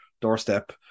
doorstep